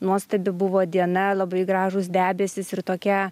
nuostabi buvo diena labai gražūs debesys ir tokia